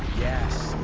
yes.